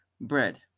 bread